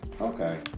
Okay